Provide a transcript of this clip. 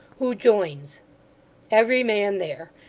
who joins every man there.